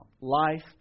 Life